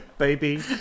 Baby